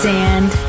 Sand